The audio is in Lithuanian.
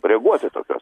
reaguoti į tokias